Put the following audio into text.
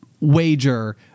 wager